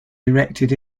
erected